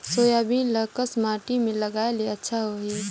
Soybean ल कस माटी मे लगाय ले अच्छा सोही?